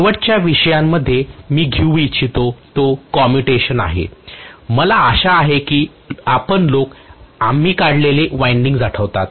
शेवटच्या विषयामध्ये मी घेऊ इच्छितो तो कम्युटेशन आहे मला आशा आहे की आपण लोक आम्ही काढलेले वायंडिंग्स आठवतात